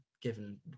given